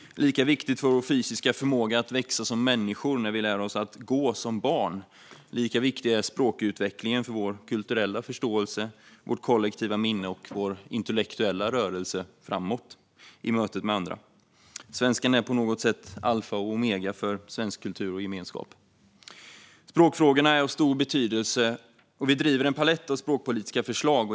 Lika viktigt som det är för vår fysiska förmåga att växa som människor att vi lär oss att gå som barn, lika viktig är språkutvecklingen för vår kulturella förståelse, vårt kollektiva minne och vår intellektuella rörelse framåt i mötet med andra. Svenskan är på något sätt alfa och omega för svensk kultur och gemenskap. Språkfrågorna är av stor betydelse, och vi driver en palett av språkpolitiska förslag.